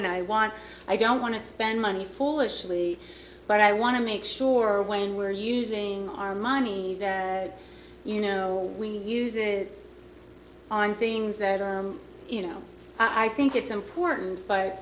and i want i don't want to spend money foolishly but i want to make sure when we're using our money you know we use it on things that you know i think it's important but